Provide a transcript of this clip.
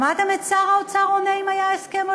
שמעתם את שר האוצר עונה אם היה הסכם או